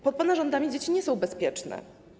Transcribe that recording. Pod pana rządami dzieci nie są bezpieczne.